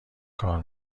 کار